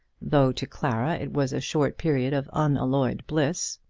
though to clara it was a short period of unalloyed bliss.